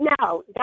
No